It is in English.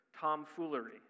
tomfoolery